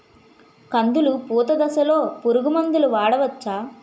కందులు పూత దశలో పురుగు మందులు వాడవచ్చా?